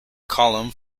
column